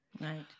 Right